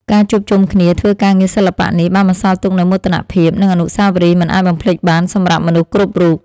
ការជួបជុំគ្នាធ្វើការងារសិល្បៈនេះ បានបន្សល់ទុកនូវមោទនភាព និងអនុស្សាវរីយ៍មិនអាចបំភ្លេចបានសម្រាប់មនុស្សគ្រប់រូប។